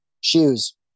Shoes